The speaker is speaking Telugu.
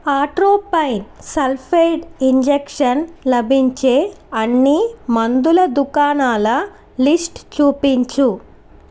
ఆట్రోపైన్ సల్ఫేట్ ఇంజెక్షన్ లభించే అన్నీ మందుల దుకాణాల లిస్ట్ చూపించుము